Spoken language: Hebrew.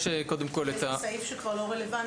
יש קודם כל את --- זה סעיף שהוא כבר לא רלוונטי,